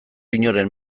inoren